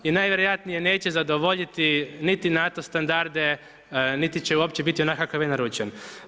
I najvjerojatnije neće zadovoljiti niti nato standarde niti će uopće biti onakav kakav je naručen.